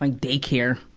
um daycare.